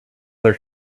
their